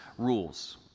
rules